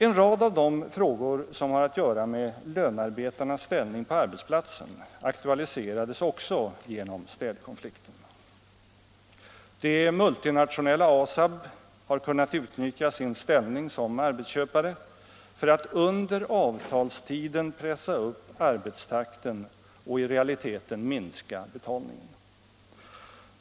En rad av de frågor som har att göra med lönarbetarnas ställning på arbetsplatsen aktualiserades också genom städkonflikten. Det multinationella ASAB har kunnat utnyttja sin ställning som arbetsköpare för att under avtalstiden pressa upp arbetstakten och i realiteten minska betalningen.